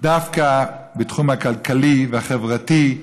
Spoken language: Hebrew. דווקא בתחום הכלכלי והחברתי.